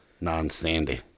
non-sandy